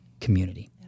community